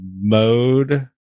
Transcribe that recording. mode